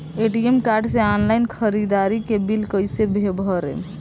ATM card से online ख़रीदारी के बिल कईसे भरेम?